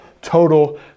total